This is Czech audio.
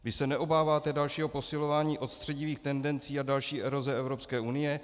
Vy se neobáváte dalšího posilování odstředivých tendencí a další eroze Evropské unie?